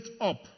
up